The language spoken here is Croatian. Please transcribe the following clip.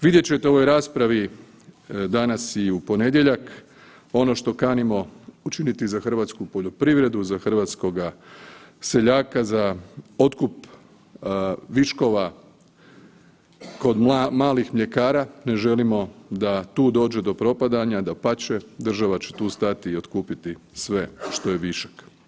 Vidjet ćete u ovoj raspravi danas i u ponedjeljak ono što kanimo učiniti za hrvatsku poljoprivredu, za hrvatskoga seljaka, za otkup viškova kod malih mljekara, ne želimo da tu dođe do propadanja, dapače država će tu stati i otkupiti sve što je višak.